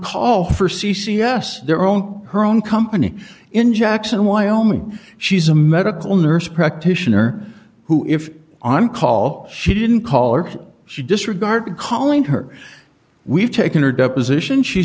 call for c c s their own her own company in jackson wyoming she's a medical nurse practitioner who if on call she didn't call or she disregarded calling her we've taken her deposition she